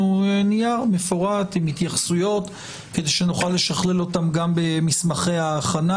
נייר מפורט עם התייחסויות כדי שנוכל לשקלל אותם במסמכי ההכנה.